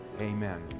Amen